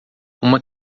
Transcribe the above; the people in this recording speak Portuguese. uma